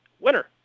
Winner